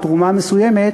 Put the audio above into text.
או תרומה מסוימת,